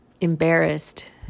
embarrassed